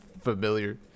familiar